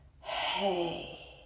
hey